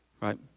right